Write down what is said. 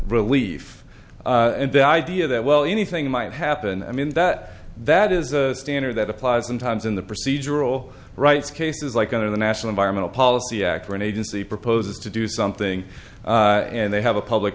relief and the idea that well anything might happen i mean that that is a standard that applies in times in the procedural rights cases like in the national environmental policy act or an agency proposes to do something and they have a public